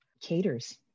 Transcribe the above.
caters